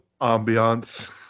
Ambiance